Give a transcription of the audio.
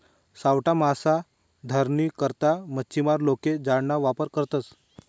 सावठा मासा धरानी करता मच्छीमार लोके जाळाना वापर करतसं